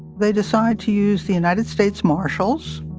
they decide to use the united states marshals,